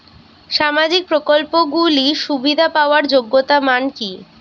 সামাজিক প্রকল্পগুলি সুবিধা পাওয়ার যোগ্যতা মান কি?